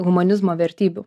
humanizmo vertybių